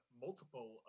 multiple